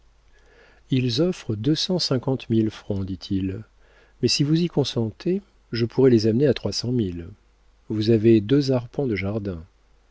ils offrent deux cent cinquante mille francs dit-il mais si vous y consentez je pourrais les amener à trois cent mille vous avez deux arpents de jardin